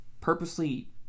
purposely